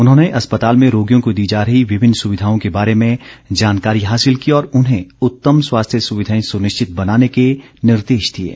उन्होंने अस्पताल में रोगियों को दी जा रही विभिन्न सुविधाओं के बारे में जानकारी हासिल की और उन्हें उत्तम स्वास्थ्य सुविधाएं सुनिश्चित बनाने के निर्देश दिएं